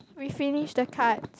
we finish the card